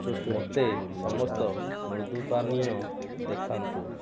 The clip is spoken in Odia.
ମୋତେ ସମସ୍ତ ମୃଦୁ ପାନୀୟ ଦେଖାନ୍ତୁ